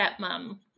stepmom